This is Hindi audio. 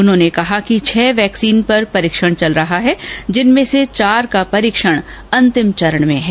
उन्होंने कहा कि छह वैक्सीन पर परीक्षण चल रहा है जिनमें से चार का परीक्षण अंतिम चरण में है